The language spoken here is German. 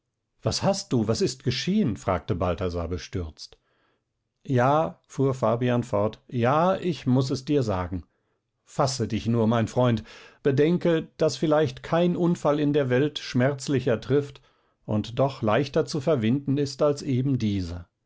was hast du was ist geschehen fragte balthasar bestürzt ja fuhr fabian fort ja ich muß es dir sagen fasse dich nur mein freund bedenke daß vielleicht kein unfall in der welt schmerzlicher trifft und doch leichter zu verwinden ist als eben dieser